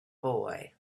boy